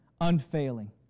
unfailing